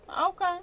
Okay